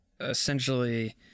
essentially